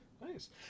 nice